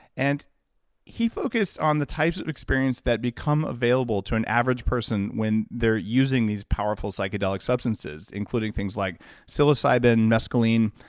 and he focused on the types of experience that become available to the average person when they're using these powerful psychedelic substances, including things like psilocybin, mescaline,